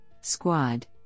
squad